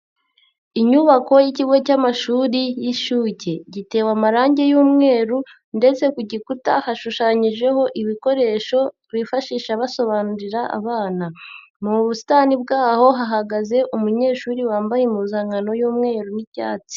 Inyubako y'ikigo cy'amashuri y'inshuke, gitewe amarangi y'umweru ndetse ku gikuta hashushanyijeho ibikoresho bifashisha basobanurira abana, mu busitani bwaho hahagaze umunyeshuri wambaye impuzankano y'umweru n'icyatsi.